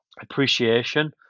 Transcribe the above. appreciation